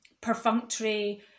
perfunctory